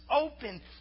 open